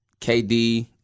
KD